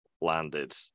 landed